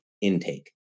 intake